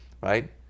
right